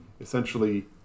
essentially